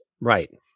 right